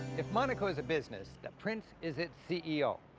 if monaco is a business, the prince is its ceo.